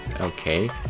okay